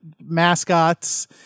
mascots